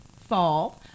fall